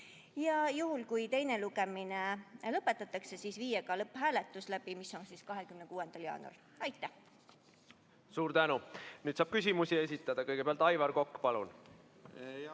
ja juhul, kui teine lugemine lõpetatakse, viia läbi lõpphääletus 26. jaanuaril. Aitäh! Suur tänu! Nüüd saab küsimusi esitada. Kõigepealt Aivar Kokk, palun!